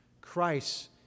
Christ